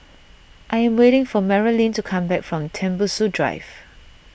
I am waiting for Maralyn to come back from Tembusu Drive